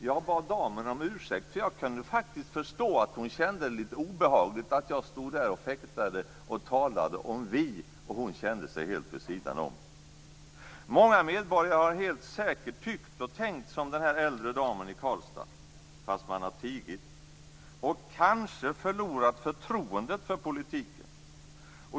Jag bad damen om ursäkt. Jag kunde faktiskt förstå att hon kände det litet obehagligt att jag stod där och fäktade och talade om "vi", och hon kände sig helt vid sidan om. Många medborgare har helt säkert tyckt och tänkt som den äldre damen i Karlstad. Men man har tigit och kanske förlorat förtroendet för politiken.